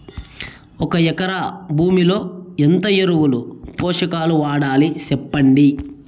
ఒక ఎకరా భూమిలో ఎంత ఎరువులు, పోషకాలు వాడాలి సెప్పండి?